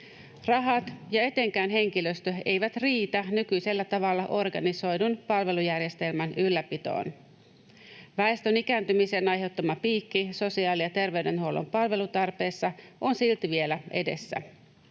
Rahat ja etenkään henkilöstö eivät riitä nykyisellä tavalla organisoidun palvelujärjestelmän ylläpitoon. Väestön ikääntymisen aiheuttama piikki sosiaali- ja terveydenhuollon palvelutarpeessa on silti vielä edessä.